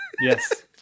Yes